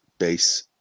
base